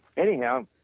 anyhow,